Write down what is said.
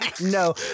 No